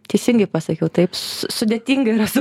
teisingai pasakiau taip su sudėtinga yra su